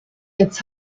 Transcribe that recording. its